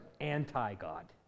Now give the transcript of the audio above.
anti-God